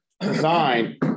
design